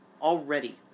Already